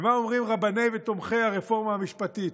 ומה אומרים רבני ותומכי הרפורמה המשפטית?